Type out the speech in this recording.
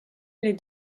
les